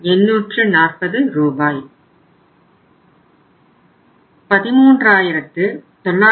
840 ரூபாய்